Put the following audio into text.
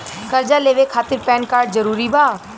कर्जा लेवे खातिर पैन कार्ड जरूरी बा?